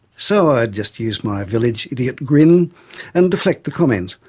so i'd just use my village-idiot grin and deflect the comment,